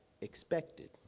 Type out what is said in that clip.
expected